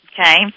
Okay